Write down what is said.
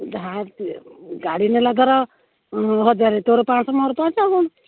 ଯାହା ଗାଡ଼ି ନେଲା ଧର ହଜାରେ ତୋର ପାଞ୍ଚଶହ ମୋର ପାଞ୍ଚଶହ ଆଉ କ'ଣ